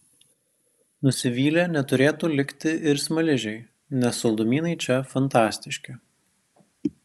nusivylę neturėtų likti ir smaližiai nes saldumynai čia fantastiški